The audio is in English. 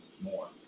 more